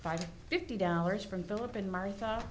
five fifty dollars from philip and mar